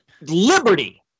Liberty